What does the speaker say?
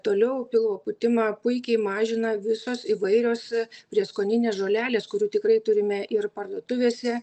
toliau pilvo pūtimą puikiai mažina visos įvairios prieskoninės žolelės kurių tikrai turime ir parduotuvėse